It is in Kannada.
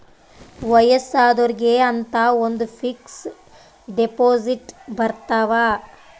ವಯಸ್ಸಾದೊರ್ಗೆ ಅಂತ ಒಂದ ಫಿಕ್ಸ್ ದೆಪೊಸಿಟ್ ಬರತವ